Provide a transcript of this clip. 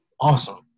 awesome